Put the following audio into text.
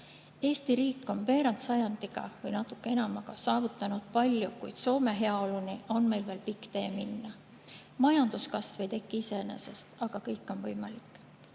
Eesti riik on veerand sajandiga või natuke enamaga saavutanud palju, kuid Soome heaoluni on meil veel pikk tee minna. Majanduskasv ei teki iseenesest, aga kõik on võimalik.